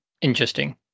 Interesting